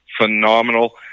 phenomenal